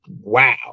wow